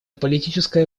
политическая